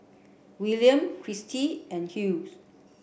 William Kristi and Hughes